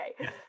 okay